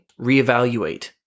Reevaluate